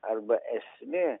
arba esmė